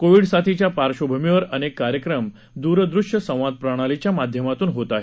Covid साथीच्या पार्श्वभूमीवर अनेक कार्यक्रम द्रदृश्य संवाद प्रणालीच्या माध्यमातून होत आहेत